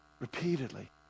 Repeatedly